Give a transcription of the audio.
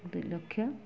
ଦୁଇ ଲକ୍ଷ